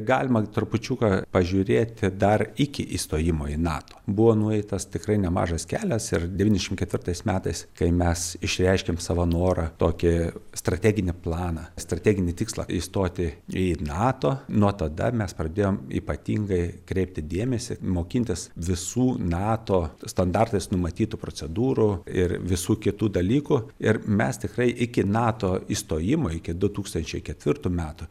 galima trupučiuką pažiūrėti dar iki įstojimo į nato buvo nueitas tikrai nemažas kelias ir devyniasdešim ketvirtais metais kai mes išreiškėm savo norą tokį strateginį planą strateginį tikslą įstoti į nato nuo tada mes pradėjom ypatingai kreipti dėmesį mokintis visų nato standartais numatytų procedūrų ir visų kitų dalykų ir mes tikrai iki nato įstojimo iki du tūkstančiai ketvirtų metų